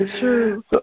true